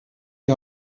die